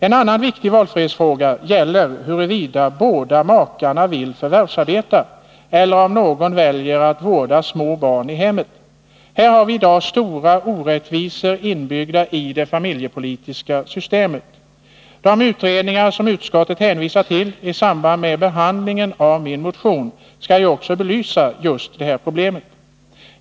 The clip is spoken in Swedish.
En annan viktig valfrihetsfråga gäller huruvida båda makarna vill förvärvsarbeta eller om någon väljer att vårda små barn i hemmet. Här har vi i dag stora orättvisor inbyggda i det familjepolitiska systemet. De utredningar som utskottet hänvisat till i samband med-behandlingen av min motion skall ju också belysa just detta problem.